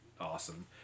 awesome